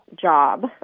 job